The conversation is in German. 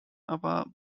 aber